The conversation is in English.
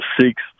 six